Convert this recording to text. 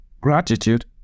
gratitude